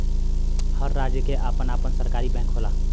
हर राज्य के आपन आपन सरकारी बैंक होला